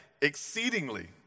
exceedingly